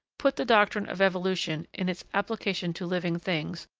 put the doctrine of evolution, in its application to living things,